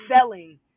selling